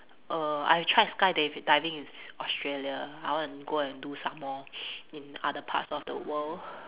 err I tried skydiv~ skydiving in Australia I want go and do some more in other parts of the world